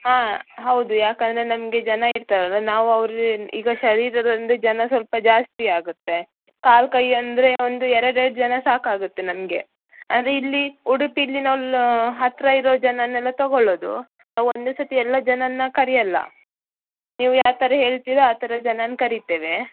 ಹಾಂ ಹೌದು ಯಾಕೆಂದರೆ ನಮಗೆ ಜನ ಇರ್ತಾರಲ್ಲ ನಾವು ಅವರ ಈಗ ಶರೀರದ ಒಂದು ಜನ ಸ್ವಲ್ಪ ಜಾಸ್ತಿ ಆಗುತ್ತೆ ಕಾಲು ಕೈಯ್ಯಂದ್ರೆ ಒಂದು ಎರಡು ಎರಡು ಜನ ಸಾಕಾಗುತ್ತೆ ನಮಗೆ ಅಂದರೆ ಇಲ್ಲಿ ಉಡುಪಿಯಲ್ಲಿ ಹತ್ತಿರ ಇರೋ ಜನನೆಲ್ಲ ತಗೊಳ್ಳೋದು ಒಂದೇ ಸರ್ತಿ ಎಲ್ಲ ಜನನ್ನೂ ಕರೆಯೋಲ್ಲ ನೀವು ಯಾವ ಥರ ಹೇಳ್ತೀರೊ ಆ ತರ ಜನನ ಕರಿತೇವೆ